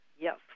Yes